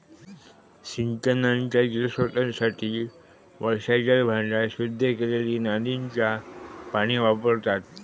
सिंचनाच्या जलस्त्रोतांसाठी वर्षाजल भांडार, शुद्ध केलेली नालींचा पाणी वापरतत